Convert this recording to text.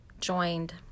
Joined